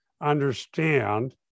understand